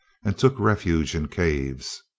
and took refuge in caves.